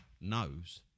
knows